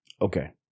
Okay